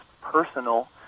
personal